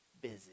busy